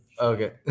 Okay